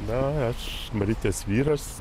na aš marytės vyras